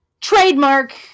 trademark